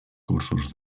cursos